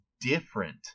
different